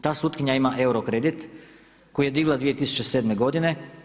Ta sutkinja ima euro kredit koji je digla 2007. godine.